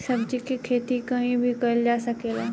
सब्जी के खेती कहीं भी कईल जा सकेला